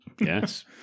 Yes